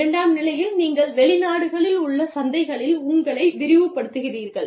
இரண்டாம் நிலையில் நீங்கள் வெளிநாடுகளில் உள்ள சந்தைகளில் உங்களை விரிவுபடுத்துகிறீர்கள்